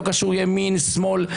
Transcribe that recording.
לא קשור לימין או שמאל,